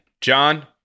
John